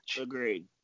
Agreed